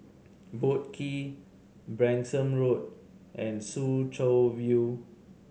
Boat Quay Branksome Road and Soo Chow View